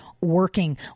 working